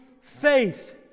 faith